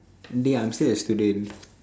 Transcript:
dey I'm still a student